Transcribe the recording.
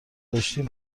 داشتیم